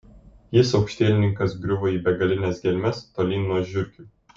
jis aukštielninkas griuvo į begalines gelmes tolyn nuo žiurkių